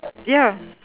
ya